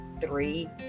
three